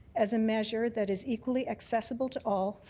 as a measure that is equally accessible to all,